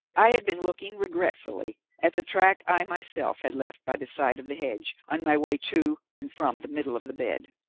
i had been looking regretfully at the track i myself had left by the side of the hedge on my way to and from the middle of the bed.